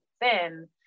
thin